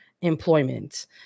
employment